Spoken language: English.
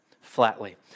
flatly